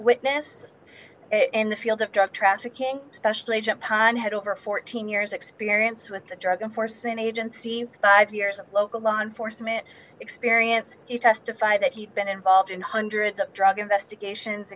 witness in the field of drug trafficking special agent hahn had over fourteen years experience with the drug enforcement agency five years of local law enforcement experience you testified that he'd been involved in hundreds of drug investigations